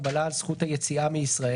הגבלה על זכות היציאה מישראל,